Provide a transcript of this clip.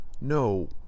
No